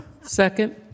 Second